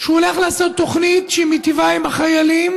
שהוא הולך לעשות תוכנית שמיטיבה עם החיילים: